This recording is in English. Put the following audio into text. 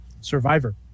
Survivor